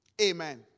Amen